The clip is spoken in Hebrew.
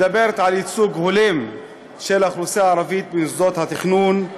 היא מדברת על ייצוג הולם של האוכלוסייה הערבית במוסדות התכנון.